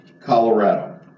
Colorado